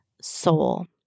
soul